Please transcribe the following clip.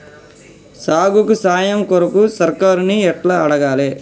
సాగుకు సాయం కొరకు సర్కారుని ఎట్ల అడగాలే?